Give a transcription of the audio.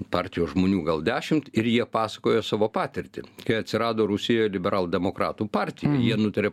partijos žmonių gal dešimt ir jie pasakojo savo patirtį kai atsirado rusijoje liberaldemokratų partija jie nutarė